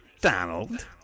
donald